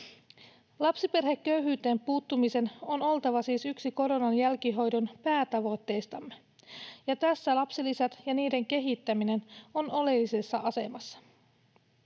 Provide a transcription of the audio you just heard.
Lapsiperheköyhyyteen puuttumisen on oltava siis yksi koronan jälkihoidon päätavoitteistamme, ja tässä lapsilisät ja niiden kehittäminen ovat oleellisessa asemassa.